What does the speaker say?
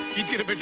you get but it?